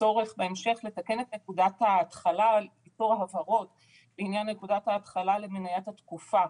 הצורך בהמשך לתקן את נקודת ההתחלה בעניין נקודת ההתחלה למניית התקפה